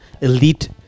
Elite